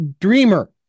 Dreamer